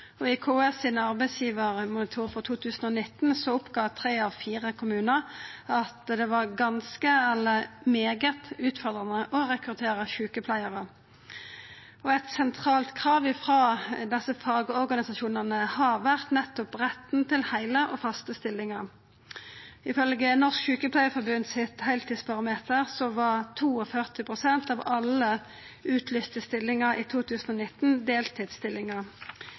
og i KS sin arbeidsgivarmonitor for 2019 oppgav tre av fire kommunar at det var «Ganske» eller «Meget» utfordrande å rekruttera sjukepleiarar. Eit sentralt krav frå desse fagorganisasjonane har vore nettopp retten til heile og faste stillingar. Ifølgje Norsk sykepleierforbund sitt heiltidsbarometer var 42 pst. av alle utlyste stillingar i 2019 deltidsstillingar.